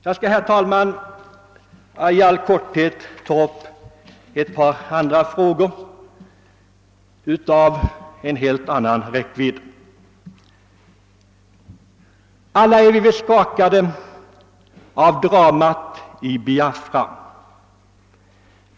Jag skall i stället i all korthet ta upp ett par frågor av helt annan räckvidd. Alla är vi väl skakade av dramat i Biafra.